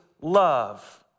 love